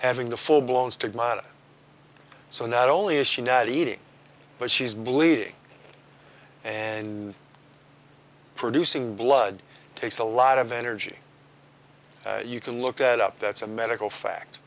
having the full blown stigmata so not only is she not eating but she's bleeding and producing blood takes a lot of energy you can look at up that's a medical fact